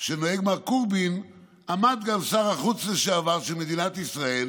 שנוהג מר קורבין עמד גם שר החוץ לשעבר של מדינת ישראל